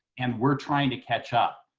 and we're trying to catch up.